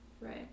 right